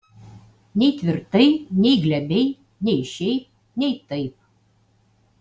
nei tvirtai nei glebiai nei šiaip nei taip